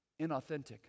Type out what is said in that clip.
inauthentic